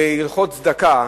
הלכות צדקה,